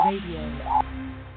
RADIO